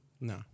No